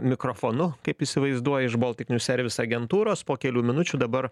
mikrofonu kaip įsivaizduoju iš baltic new service agentūros po kelių minučių dabar